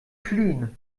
fliehen